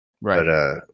Right